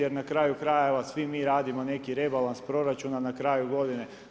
Jer na kraju krajeva svi mi radimo neki rebalans proračuna na kraju godine.